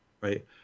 Right